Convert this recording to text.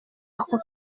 ako